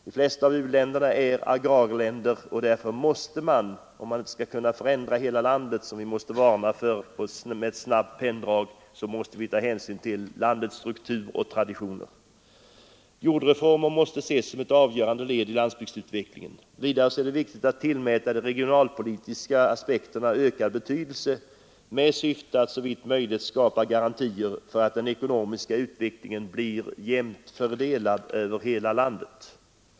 De flesta av u-länderna är agrarländer, och därför måste man, om man inte med ett snabbt penndrag skall förändra hela landet, vilket vi måste varna för, ta hänsyn till landets struktur och traditioner. Jordreformer måste ses som ett avgörande led i landsbygdsutvecklingen. Vidare är det viktigt att tillmäta de regionalpolitiska aspekterna ökad betydelse med syfte att såvitt möjligt skapa garantier för att den ekonomiska utvecklingen blir jämnt fördelad över landet.